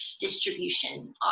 distribution